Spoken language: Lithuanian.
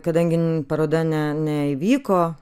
kadangi paroda ne neįvyko